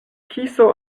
kiso